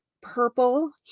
purple